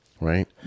right